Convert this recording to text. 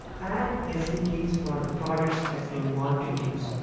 add sdks for the products that you want to use.